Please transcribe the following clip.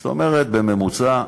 זאת אומרת, בממוצע,